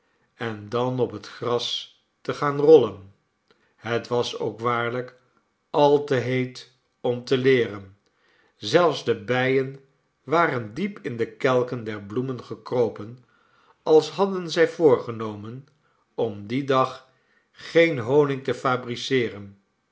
en dan op het gras te gaan rollen het was ook waarlijk al te heet om te leeren zelfs de bijen waren diep in de kelken der bloemen gekropen als hadden zij voorgenomen om dien dag geen honig te fabriceeren